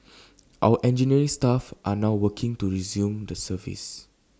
our engineering staff are now working to resume the service